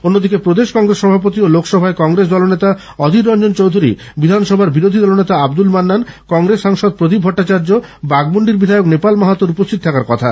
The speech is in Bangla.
অন্যদিকে প্রদেশ কংগ্রেস সভাপতি ও লোকসভায় কংগ্রেস দলনেতা অধীর রঞ্জন চৌধূরী বিধানসভার বিরোধী দলনেতা আব্দুল মান্নান কংগ্রেস সাংসদ প্রদীপ ভট্টাচার্য বাগমুন্ডির বিধায়ক নেপাল মাহাতোর উপস্থিত থাকার কথা